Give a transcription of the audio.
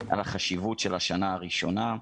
על החשיבות של השנה הראשונה,